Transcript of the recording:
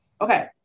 Okay